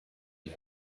you